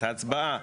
את ההצבעה,